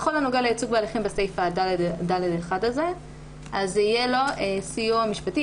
בכל הנוגע לייצוג בהליכים בסעיף (ד)(1) יהיה לו סיוע משפטי,